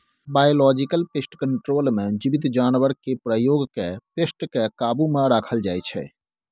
biological pest control मे जीबित जानबरकेँ प्रयोग कए पेस्ट केँ काबु मे राखल जाइ छै